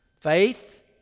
Faith